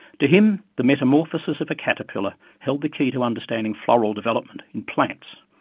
to him the metamorphosis of a caterpillar held the key to understanding floral development in plants,